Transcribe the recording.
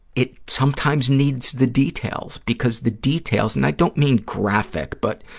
it sometimes needs the details, because the details, and i don't mean graphic, but,